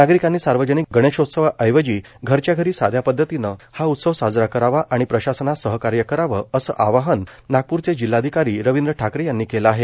नागरिकांनी सार्वजनिक गणेशोत्सवा ऐवजी घरच्या घरी साध्या पध्दतीने हा उत्सव साजरा करावा आणि प्रशासनास सहकार्य कराव अस आवाहन नागप्रचे जिल्हाधिकारी रविंद्र ठाकरे यांनी केले आहे